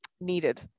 needed